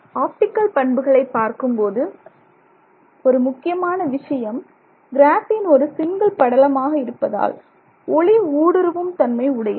optical பண்புகளை பார்க்கும்போது ஒரு முக்கியமான விஷயம் கிராஃபீன் ஒரு சிங்கிள் படலமாக இருப்பதால் ஒளிஊடுருவும் தன்மை உடையது